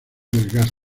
desgaste